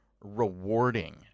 rewarding